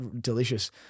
delicious